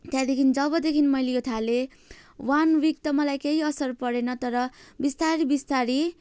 त्यहाँदेखि जबदेखि मैले यो थालेँ वान विक त मलाई केही असर परेन तर बिस्तारै बिस्तारै